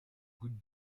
goutte